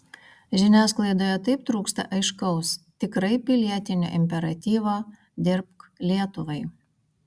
žiniasklaidoje taip trūksta aiškaus tikrai pilietinio imperatyvo dirbk lietuvai